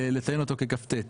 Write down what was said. לציין אותו כ-כ"ט?